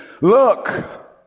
look